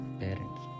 parents